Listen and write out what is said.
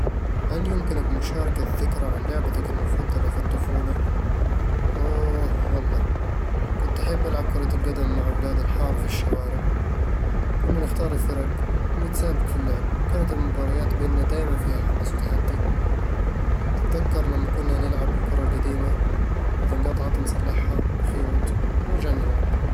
هل يمكنك مشاركة ذكرى عن لعبتك المفضلة في الطفولة؟ أووووه والله، كنت أحب ألعب كرة القدم مع أولاد الحارة في الشوارع كنا نختار الفرق ونتسابق في اللعب، وكانت المباريات بيننا دايمًا فيها حماس وتحدي تتذكر لما كنا نلعب بالكرة القديمة، وإذا انقطعت نصلحها بخيوط ونرجع نلعب